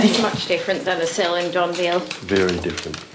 much different than a cell in don dale. very different.